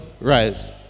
rise